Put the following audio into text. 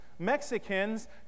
Mexicans